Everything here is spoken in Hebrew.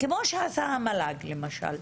כמו שעשה המל"ג, למשל.